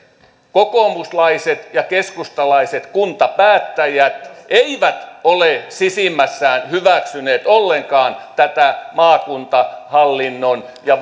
kokoomuslaiset ja keskustalaiset kuntapäättäjät eivät ole sisimmässään hyväksyneet ollenkaan tätä maakuntahallinnon ja